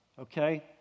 Okay